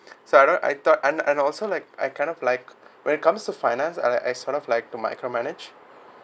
so I don't I thought and and also like I kind of like when it comes to finance I like I sort of like to my account I manage